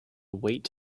wait